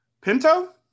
Pinto